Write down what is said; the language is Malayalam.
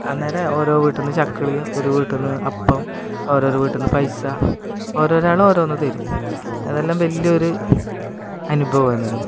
അന്നേരം ഓരോ വീട്ടിൽ നിന്ന് ചക്കിളിയും ഒരു വീട്ടിൽ നിന്ന് അപ്പം ഓരോരോ വീട്ടിൽ നിന്ന് പൈസ ഓരോരാൾ ഓരോന്നു തരും അതെല്ലാം വലിയൊരു അനുഭവമാണെന്ന്